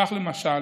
כך למשל